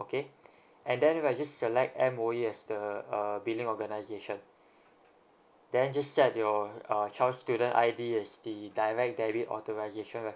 okay and then you're select M_O_E as the err billing organisation then just set your uh child student I_D as the direct debit authorisation reference